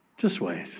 just wait.